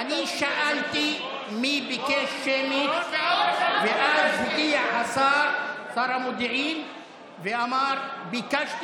אמרתי, אל תגיד שלא אמרתי.